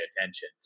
attention